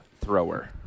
thrower